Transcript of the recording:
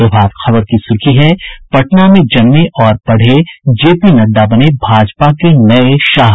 प्रभात खबर की सुर्खी है पटना में जन्मे और पढ़े जे पी नड्डा बने भाजपा के नये शाह